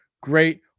great